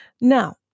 Now